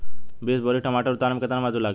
बीस बोरी टमाटर उतारे मे केतना मजदुरी लगेगा?